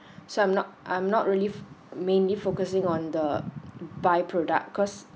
so I'm not I'm not really mainly focusing on the by product cause